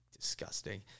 disgusting